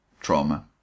trauma